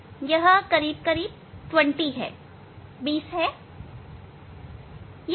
यह लगभग 20 है